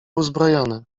uzbrojony